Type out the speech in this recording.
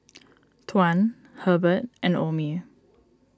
Tuan Hebert and Omie